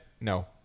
no